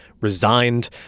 resigned